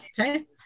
Okay